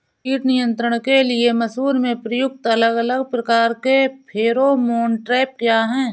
कीट नियंत्रण के लिए मसूर में प्रयुक्त अलग अलग प्रकार के फेरोमोन ट्रैप क्या है?